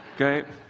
okay